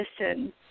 listen